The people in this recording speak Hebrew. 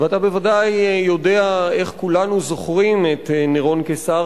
ואתה בוודאי יודע איך כולנו זוכרים את נירון קיסר.